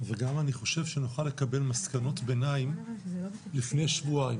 אני חושב שנוכל לקבל מסקנות ביניים לפני שבועיים.